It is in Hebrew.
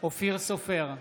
אופיר סופר,